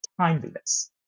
timeliness